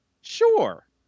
Sure